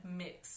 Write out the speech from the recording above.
mix